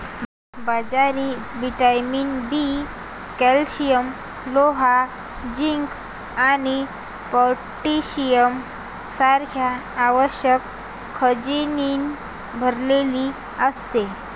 बाजरी vitamin B, calcium, लोह, zinc आणि पोटॅशियम सारख्या आवश्यक खनिजांनी भरलेली असते